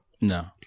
No